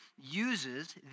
uses